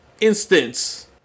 instance